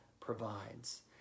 provides